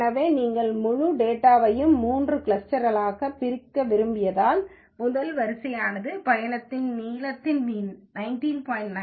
எனவே நீங்கள் முழு டேட்டாவையும் 3 கிளஸ்டர்களாகப் பிரிக்க விரும்பியதால் முதல் வரிசையானது பயணத்தின் நீளத்தின் மீன் 19